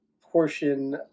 portion